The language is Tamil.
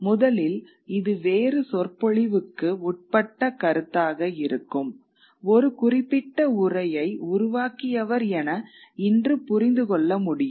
முதலில் இது வேறு சொற்பொழிவுக்கு உட்பட்ட கருத்தாக இருக்கும் ஒரு குறிப்பிட்ட உரையை உருவாக்கியவர் என இன்று புரிந்து புரிந்து கொள்ள முடியும்